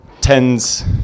tens